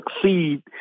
succeed